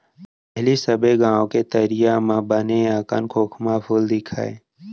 पहिली सबे गॉंव के तरिया म बने अकन खोखमा फूल दिखय